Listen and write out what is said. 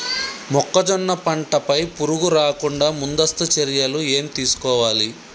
మొక్కజొన్న పంట పై పురుగు రాకుండా ముందస్తు చర్యలు ఏం తీసుకోవాలి?